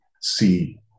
see